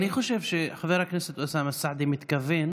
אני חושב שחבר הכנסת אוסאמה סעדי מתכוון